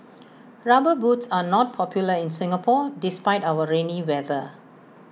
rubber boots are not popular in Singapore despite our rainy weather